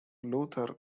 luther